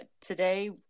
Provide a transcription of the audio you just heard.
today